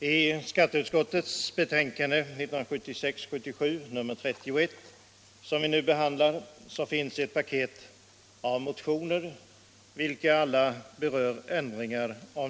I detta paket finns också den motion som vi nu hört herr Jonasson redogöra för.